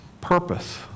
purpose